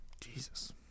Jesus